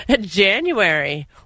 January